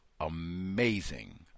amazing